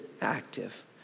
active